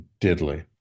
diddly